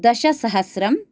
दशसहस्रं